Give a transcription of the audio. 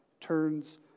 turns